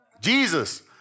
Jesus